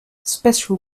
special